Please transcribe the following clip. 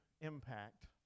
impact